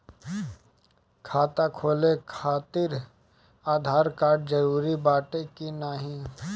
खाता खोले काहतिर आधार कार्ड जरूरी बाटे कि नाहीं?